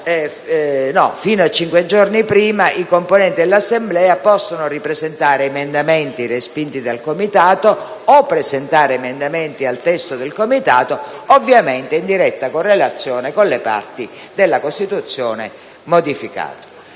fino a cinque giorni prima i componenti dell'Assemblea possono ripresentare emendamenti respinti dal Comitato o presentare emendamenti al testo del Comitato, ovviamente in diretta correlazione con le parti della Costituzione modificate.